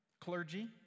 clergy